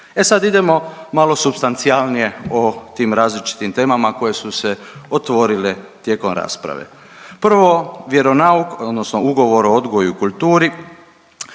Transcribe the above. E sad idemo malo supstancijalnije o tim različitim temama koje su se otvorile tijekom rasprave. Prvo vjeronauk odnosno ugovor o odgoju i kulturi